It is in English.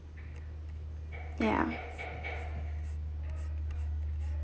ya